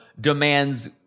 demands